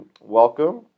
Welcome